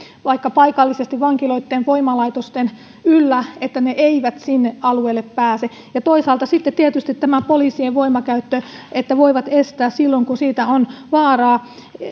vaikka paikallisesti vankiloitten tai voimalaitosten yllä että ne eivät sinne alueelle pääse toisaalta sitten on tietysti tärkeää tämä poliisien voimankäyttö että he voivat estää silloin kun siitä on vaaraa